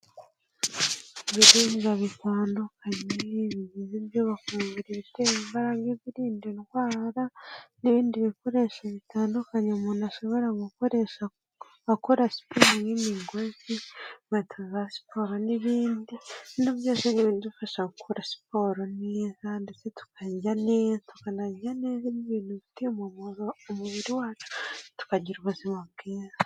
Ibihingwa bitandukanye bigize ibyubaka umubiri, ibitera imbaraga, ibirinda indwara, n'ibindi bikoresho bitandukanye umuntu ashobora gukoresha akora siporo, nk'imigozi, inkweto za siporo n'ibindi, bino byose biradufasha gukora siporo neza ndetse tukanarya neza n'ibintu bifitiye umumaro umubiri wacu tukagira ubuzima bwiza.